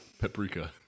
Paprika